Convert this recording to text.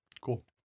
Cool